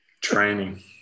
Training